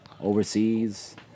overseas